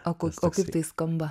o kaip tai skamba